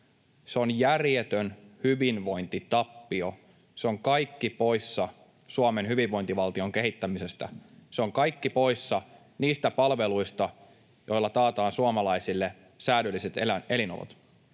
se on järjetön hyvinvointitappio, se on kaikki poissa Suomen hyvinvointivaltion kehittämisestä. Se on kaikki poissa niistä palveluista, joilla taataan suomalaisille säädylliset elinolot.